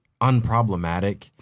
unproblematic